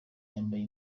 yambaye